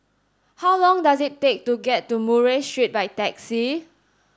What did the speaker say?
how long does it take to get to Murray Street by taxi